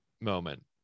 moment